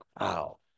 wow